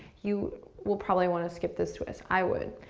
you will probably want to skip this twist. i would,